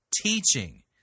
teaching